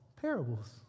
parables